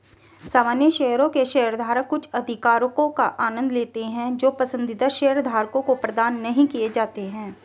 सामान्य शेयरों के शेयरधारक कुछ अधिकारों का आनंद लेते हैं जो पसंदीदा शेयरधारकों को प्रदान नहीं किए जाते हैं